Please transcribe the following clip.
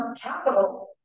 capital